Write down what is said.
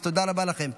אז תודה רבה לכם.